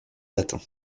latin